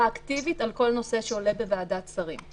אקטיבית על כל נושא שעולה בוועדת שרים.